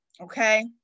okay